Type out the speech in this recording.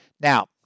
Now